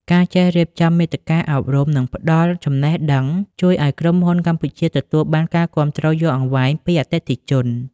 ការចេះរៀបចំមាតិកាអប់រំ និងផ្តល់ចំណេះដឹង ជួយឱ្យក្រុមហ៊ុនកម្ពុជាទទួលបានការគាំទ្រយូរអង្វែងពីអតិថិជន។